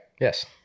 Yes